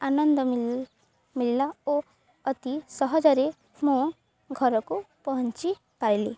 ଆନନ୍ଦ ମଳିଲା ଓ ଅତି ସହଜରେ ମୁଁ ଘରକୁ ପହଞ୍ଚି ପାରିଲି